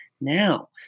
now